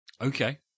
Okay